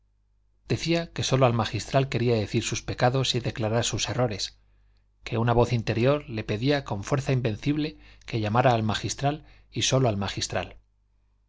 decía que sólo al magistral quería decir sus pecados y declarar sus errores que una voz interior le pedía con fuerza invencible que llamara al magistral y sólo al magistral